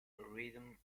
rhythm